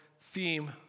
theme